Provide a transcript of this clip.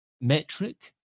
metric